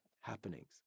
happenings